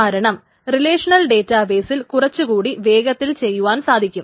കാരണം റിലേഷനൽ ഡേറ്റബെയ്സിൽ കുറച്ചു കൂടി വേഗത്തിൽ ചെയ്യുവാൻ സാധിക്കും